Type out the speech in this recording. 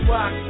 Rock